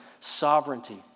sovereignty